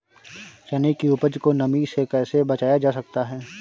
चने की उपज को नमी से कैसे बचाया जा सकता है?